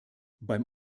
beim